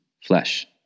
flesh